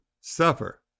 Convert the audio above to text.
suffer